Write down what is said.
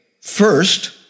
First